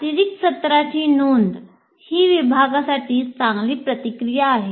अतिरिक्त सत्राची नोंद ही विभागासाठी चांगली प्रतिक्रिया आहे